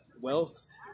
wealth